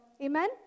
Amen